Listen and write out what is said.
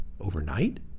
overnight